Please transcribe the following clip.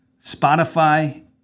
Spotify